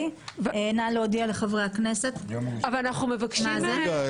נא להודיע לחברי הכנסת על כך.